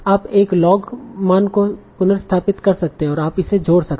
आप एक लॉग मान को पुनर्स्थापित कर सकते हैं और आप इसे जोड़ सकते हैं